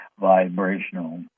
vibrational